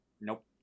Nope